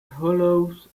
hollows